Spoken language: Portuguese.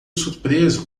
surpreso